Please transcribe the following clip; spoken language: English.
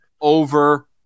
over